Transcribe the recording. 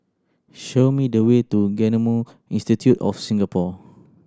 show me the way to Genome Institute of Singapore